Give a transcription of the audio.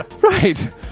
right